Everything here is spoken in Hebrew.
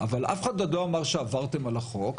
אבל אף אחד עוד לא אמר שעברתם על החוק.